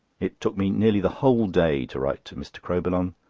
it took me nearly the whole day to write to mr. crowbillon.